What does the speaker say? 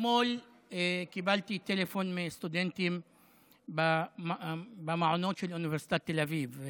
אתמול קיבלתי טלפון מסטודנטים במעונות של אוניברסיטת תל אביב,